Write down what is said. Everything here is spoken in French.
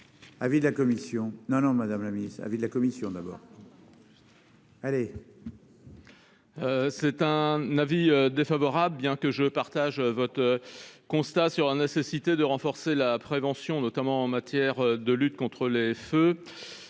émet un avis défavorable, bien que je partage le constat sur la nécessité de renforcer la prévention, notamment en matière de lutte contre les feux.